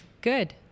good